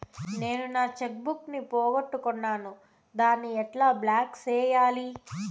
నేను నా cheque book ను పోగొట్టుకున్నాను దాన్ని ఎట్లా బ్లాక్ సేయాలి?